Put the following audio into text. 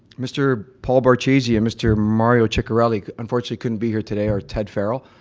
mr paul barchesi, and mr mario chicorelli unfortunately couldn't be here today, or ted farrell,